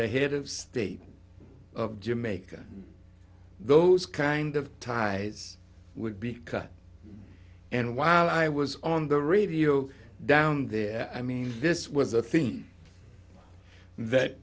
the head of state of jamaica those kind of ties would be cut and while i was on the radio down there i mean this was i think that